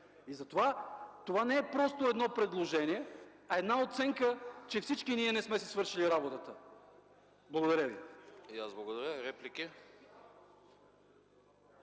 Затова това не е просто едно предложение, а една оценка, че всички ние не сме си свършили работата. Благодаря Ви. ПРЕДСЕДАТЕЛ АНАСТАС